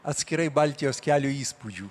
atskirai baltijos kelio įspūdžių